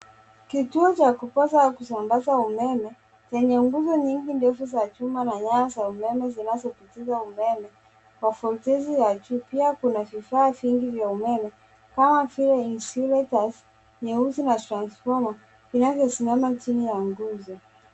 Kituo cha kupoza, au kusambaza umeme, chenye nguzo nyingi, za chuma na nyaya za umeme zinazopitisha umeme, wa volteji ya juu. Pia kuna vifaa vingi vya umeme, kama vile insulators nyeusi na transfoma, inayosimama chini ya nguzo.